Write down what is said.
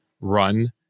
Run